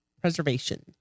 preservation